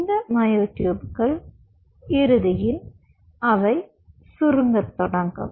இந்த மயோட்யூப்கள் இறுதியில் அவை சுருங்கத் தொடங்கும்